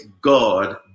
God